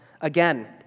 Again